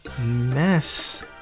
Mess